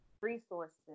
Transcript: resources